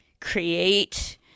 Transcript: create